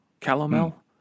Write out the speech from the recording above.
Calomel